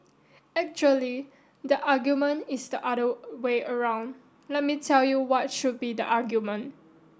actually the argument is the other way around let me tell you what should be the argument